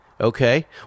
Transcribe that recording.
Okay